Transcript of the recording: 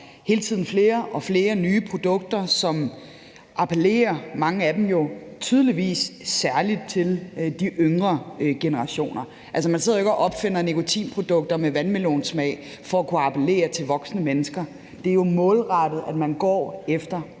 hele tiden kommer flere og flere nye produkter. Mange af dem appellerer tydeligvis særlig til de yngre generationer. Altså, man sidder jo ikke og opfinder nikotinprodukter med vandmelonsmag for at kunne appellere til voksne mennesker. Det er målrettet, at man går efter